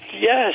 Yes